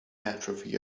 atrophy